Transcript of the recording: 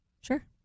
sure